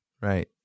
right